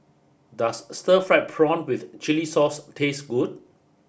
does Stir Fried Prawn with Chili Sauce taste good